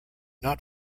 not